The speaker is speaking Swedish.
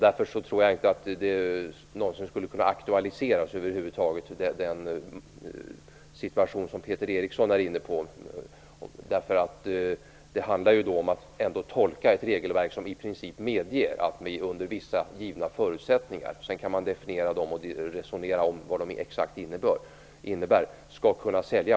Därför tror jag inte att den situation som Peter Eriksson är inne på någonsin skulle kunna aktualiseras. Det handlar ju ändå om att tolka ett regelverk som i princip medger att vi under vissa givna förutsättningar skall kunna sälja vapen. Sedan kan man definiera de förutsättningarna och resonera kring vad de exakt innebär.